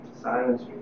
silence